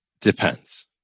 Depends